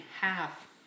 half